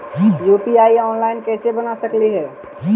UPI online कैसे बना सकली हे?